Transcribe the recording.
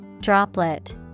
Droplet